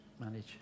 manage